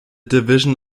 division